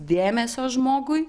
dėmesio žmogui